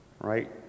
right